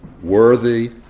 worthy